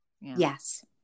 Yes